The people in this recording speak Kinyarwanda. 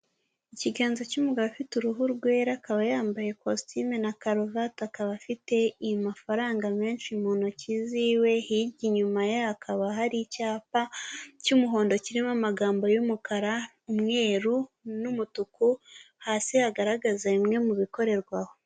Ikiganza cy'umugabo ufite uruhu rwera, akaba yambaye kositime na karuvati, akaba afite amafaranga menshi mu ntoki ziwe, hirya inyuma ye hakaba hari icyapa cy'umuhondo kirimo amagambo y'umukara, umweru n'umutuku, hasi hagaragaza bimwe mu bikorerwa aho.